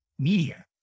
media